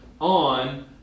on